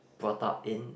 brought up in